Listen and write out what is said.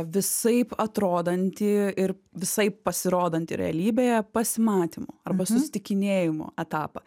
visaip atrodantį ir visaip pasirodantį realybėje pasimatymų arba susitikinėjimų etapą